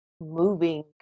moving